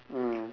mm